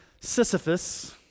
Sisyphus